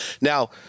Now